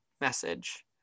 message